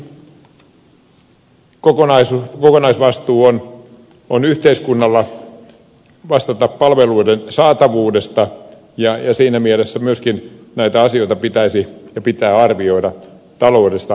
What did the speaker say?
kuitenkin yhteiskunnalla on kokonaisvastuu vastata palveluiden saatavuudesta ja siinä mielessä myöskin näitä asioita pitää arvioida taloudellisesta näkökulmasta